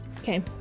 Okay